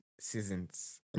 seasons